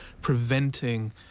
preventing